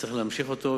וצריך להמשיך אותו.